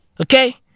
okay